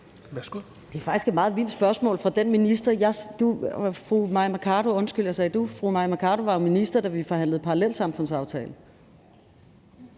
Det er faktisk et meget vildt spørgsmål fra en tidligere minister, for fru Mai Mercado var jo minister, da vi forhandlede parallelsamfundsaftale.